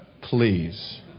please